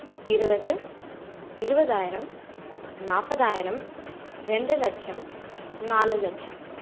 இருபது இருபதாயிரம் நாற்பதாயிரம் ரெண்டு லட்சம் நாலு லட்சம்